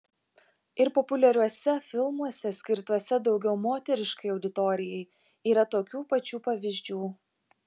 ir populiariuose filmuose skirtuose daugiau moteriškai auditorijai yra tokių pačių pavyzdžių